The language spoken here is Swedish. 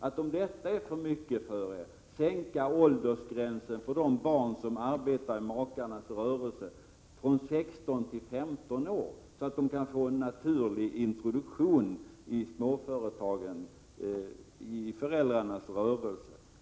Om ändå detta är för mycket för er, kan ni då tänka er att sänka åldersgränsen för de barn som arbetar i makarnas rörelse från 16 till 15 år, så att de kan få en naturlig introduktion i föräldrarnas rörelse?